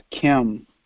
Kim